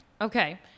Okay